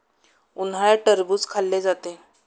उन्हाळ्यात टरबूज खाल्ले जाते